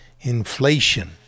inflation